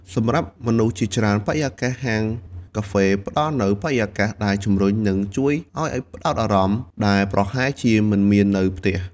សម្រាប់មនុស្សជាច្រើន បរិយាកាសហាងកាហ្វេផ្តល់នូវ បរិយាកាសដែលជំរុញ និងជួយឱ្យផ្តោតអារម្មណ៍ ដែលប្រហែលជាមិនមាននៅផ្ទះ។